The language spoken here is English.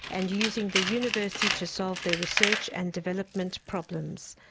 and using the university to solve their research and development problems.